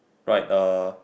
right uh